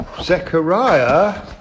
Zechariah